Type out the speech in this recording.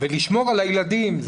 ולשמור על הילדים.